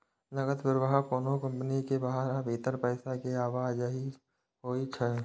नकद प्रवाह कोनो कंपनी के बाहर आ भीतर पैसा के आवाजही होइ छै